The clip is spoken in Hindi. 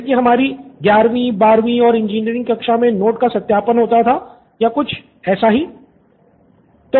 जैसे कि हमारी ११ वीं १२ वीं और इंजीनियरिंग कक्षा में नोट्स का सत्यापन होता था या कुछ ऐसा ही है